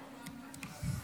זכויות